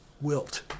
wilt